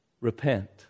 Repent